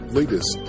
latest